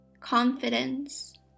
confidence